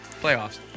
Playoffs